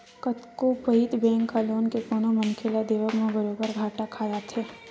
कतको पइत बेंक ह लोन के कोनो मनखे ल देवब म बरोबर घाटा खा जाथे